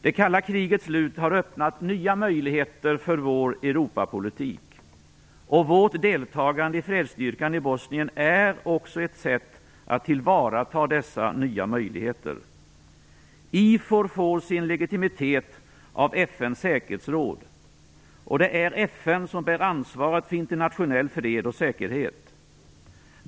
Det kalla krigets slut har öppnat nya möjligheter för vår Europapolitik, och vårt deltagande i fredsstyrkan i Bosnien är också ett sätt att tillvarata dessa nya möjligheter. IFOR får sin legitimitet av FN:s säkerhetsråd, och det är FN som bär ansvaret för internationell fred och säkerhet.